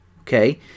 Okay